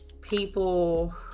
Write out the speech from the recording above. people